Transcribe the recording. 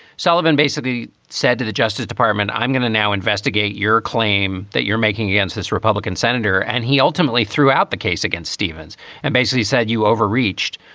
sullivan basically said to the justice department, i'm going to now investigate your claim that you're making against this republican senator. and he ultimately threw out the case against stevens and basically said you overreached,